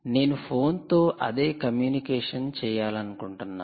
నేను ఫోన్తో అదే కమ్యూనికేషన్ చేయాలనుకుంటున్నాను